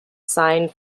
signed